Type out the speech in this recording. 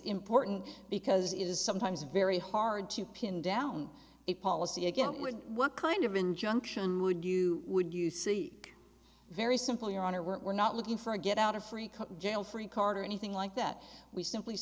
important because it is sometimes very hard to pin down a policy again what kind of injunction would you would you see very simple your honor we're not looking for a get out of free jail free card or anything like that we simply